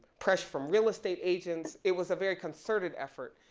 pressure from real estate agents, it was a very concerted effort,